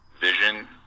vision